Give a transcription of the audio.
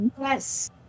yes